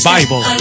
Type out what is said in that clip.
Bible